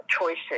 choices